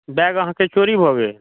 bag अहाँके चोरी भैऽ गेल